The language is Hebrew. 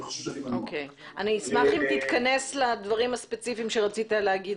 אשמח אם תתכנס לדברים הספציפיים שרצית לומר,